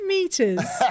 Meters